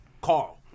Carl